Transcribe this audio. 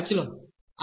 આપવામાં આવે છે